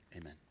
amen